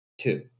two